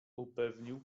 upewnił